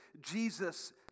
Jesus